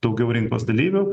daugiau rinkos dalyvių